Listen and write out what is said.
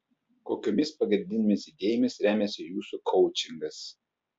kokiomis pagrindinėmis idėjomis remiasi jūsų koučingas